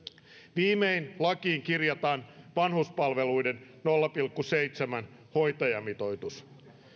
viimein lakiin kirjataan vanhuspalveluiden nolla pilkku seitsemän hoitajamitoitus